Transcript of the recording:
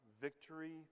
victory